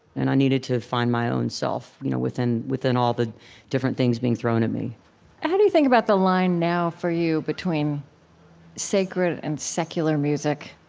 and i needed to find my own self you know within within all the different things being thrown at me how do you think about the line now for you between sacred and secular music?